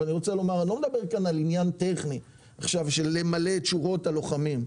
אני לא מדבר כאן על עניין טכני של למלא את שורות הלוחמים.